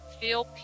feel